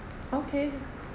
okay